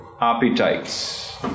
appetites